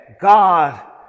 God